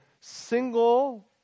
single